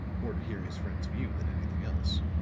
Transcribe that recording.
more to hear his friend's view than anything else.